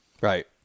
right